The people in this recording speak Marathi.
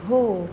हो